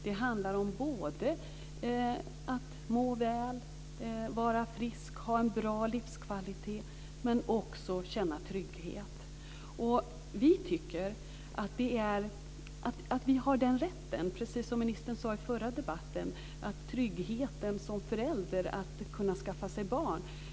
Det handlar om att må väl, vara frisk och ha en bra livskvalitet, men också om att känna trygghet. Vi tycker att vi har den rätten. Ministern pratade i förra debatten om tryggheten som förälder, att kunna skaffa barn.